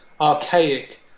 archaic